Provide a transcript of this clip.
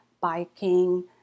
biking